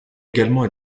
également